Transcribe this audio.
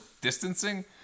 distancing